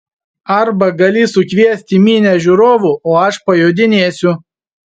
arba gali sukviesti minią žiūrovų o aš pajodinėsiu